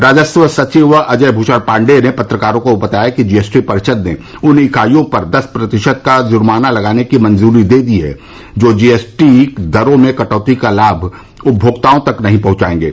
राजस्व सचिव अजय भूषण पाण्डेय ने पत्रकारों को बताया कि जी एस टी परिषद् ने उन इकाइयों पर दस प्रतिशत का जुर्माना लगाने को मंजूरी दे दी है जो जी एस टी दरों में कटौती का लाभ उपमोक्ताओं तक नहीं पहंचायेंगे